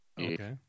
Okay